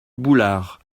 boulard